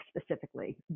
specifically